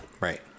Right